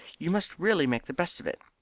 you must really make the best of it.